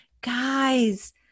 Guys